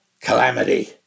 Calamity